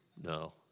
No